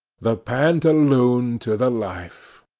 the pantaloon to the life!